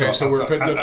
um so we're putting it on